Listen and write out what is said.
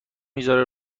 میذاره